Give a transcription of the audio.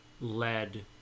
Led